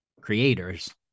creators